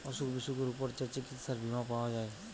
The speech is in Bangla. অসুখ বিসুখের উপর যে চিকিৎসার বীমা পাওয়া যায়